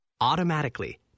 automatically